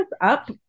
up